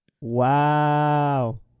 Wow